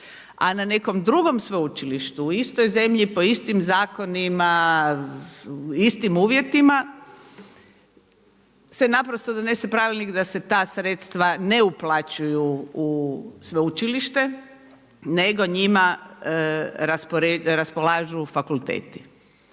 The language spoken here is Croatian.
a na nekom drugom sveučilištu u istoj zemlji po istim zakonima, istim uvjetima se naprosto donese pravilnik da se ta sredstva ne uplaćuju u sveučilište nego njima raspolažu fakulteti?